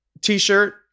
t-shirt